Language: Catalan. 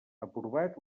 aprovat